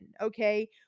okay